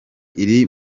iri